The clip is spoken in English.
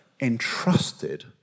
entrusted